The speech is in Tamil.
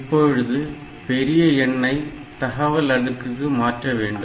இப்பொழுது பெரிய எண்ணை தகவல் அடுக்குக்கு மாற்ற வேண்டும்